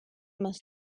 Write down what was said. más